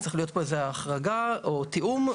אנחנו חושבים שצריכה להיות פה איזושהי החרגה או שצריך להיות תיאום.